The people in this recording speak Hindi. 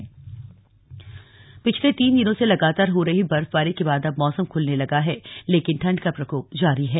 मौसम पिछले तीन दिनों से लगातार हो रही बर्फबारी के बाद अब मौसम खुलने लगा है लेकिन ठन्ड का प्रकोप जारी है